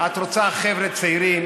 את רוצה חבר'ה צעירים,